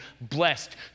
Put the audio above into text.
Blessed